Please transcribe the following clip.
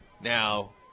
Now